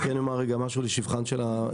אני כן אומר משהו לשבחן של המכללות.